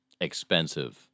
Expensive